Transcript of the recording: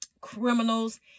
criminals